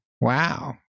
wow